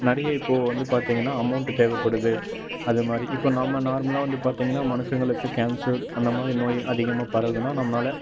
நிறைய இப்போ வந்து பார்த்தீங்கன்னா அமௌண்ட்டு தேவைப்படுது அது மாதிரி இப்போ நம்ம நார்மலாக வந்து பார்த்தீங்கன்னா மனுசங்களுக்குக் கேன்சர் அந்த மாதிரி நோய் அதிகமாக பரவுதுன்னா நம்மனால